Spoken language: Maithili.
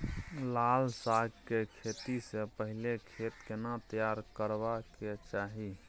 लाल साग के खेती स पहिले खेत केना तैयार करबा के चाही?